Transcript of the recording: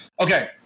Okay